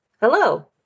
Hello